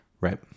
Right